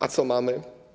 A co mamy?